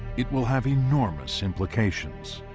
it will have enormous implications.